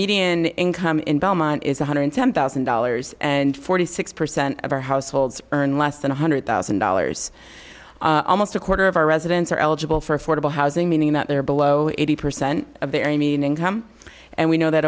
median income in belmont is one hundred ten thousand dollars and forty six percent of our households earn less than one hundred thousand dollars almost a quarter of our residents are eligible for affordable housing meaning that they're below eighty percent of their i mean income and we know that